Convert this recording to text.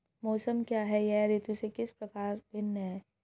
मौसम क्या है यह ऋतु से किस प्रकार भिन्न है?